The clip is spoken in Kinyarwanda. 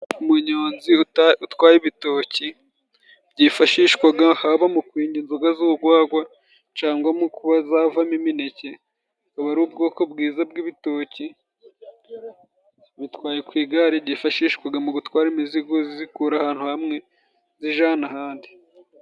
Umunyonzi utwaye ibitoki byifashishwaga haba mu kwenga inzoga z'ugwagwa cangwa mu kuba zavamo imineke. Buba ari ubwoko bwiza bw'ibitoki bitwaye ku igare, byifashishwaga mu gutwara imizigo zikura ahantu hamwe zijana ahandi.